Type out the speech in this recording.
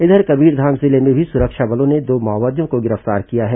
इधर कबीरधाम जिले में भी सुरक्षा बलों ने दो माओवादियों को गिरफ्तार किया है